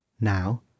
Now